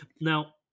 Now